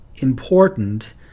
Important